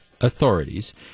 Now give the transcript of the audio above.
authorities